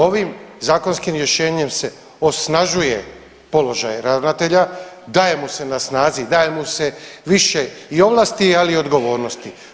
Ovim zakonskim rješenjem se osnažuje položaj ravnatelja, daje mu se na snazi i daje mu se više i ovlasti, ali i odgovornosti.